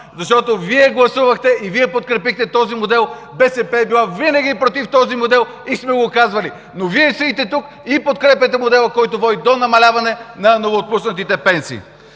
защото Вие гласувахте и Вие подкрепихте този модел. БСП винаги е била против този модел – и сме го казвали, но Вие седите тук и подкрепяте модела, който води до намаляване на новоотпуснатите пенсии.